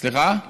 זה צנוע.